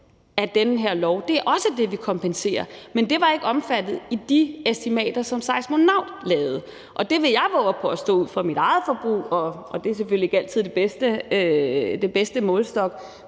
af det her lovforslag. Det er også det, vi kompenserer for. Men det var ikke omfattet af de estimater, som Seismonaut lavede. Og jeg vil vove at påstå ud fra mit eget forbrug – og det er måske ikke altid den bedste målestok